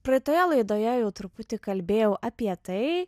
praeitoje laidoje jau truputį kalbėjau apie tai